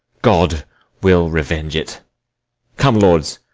god will revenge it come, lords,